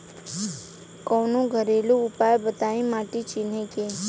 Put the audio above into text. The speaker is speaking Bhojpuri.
कवनो घरेलू उपाय बताया माटी चिन्हे के?